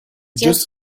just